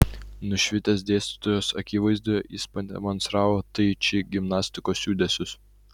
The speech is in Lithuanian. nušvitęs dėstytojos akivaizdoje jis pademonstravo tai či gimnastikos judesius